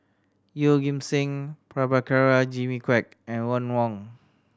Yeoh Ghim Seng Prabhakara Jimmy Quek and Ron Wong